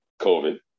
covid